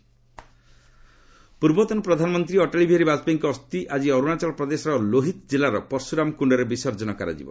ବାଜପେୟୀ ଅର୍ରଣାଚଳ ପୂର୍ବତନ ପ୍ରଧାନମନ୍ତ୍ରୀ ଅଟଳ ବିହାରୀ ବାଜପେୟୀଙ୍କ ଅସ୍ଥି ଆଜି ଅର୍ଭଶାଚଳ ପ୍ରଦେଶର ଲୋହିତ କିଲ୍ଲାର ପର୍ଶୁରାମ କୁଣ୍ଡରେ ବିସର୍ଜନ କରାଯିବ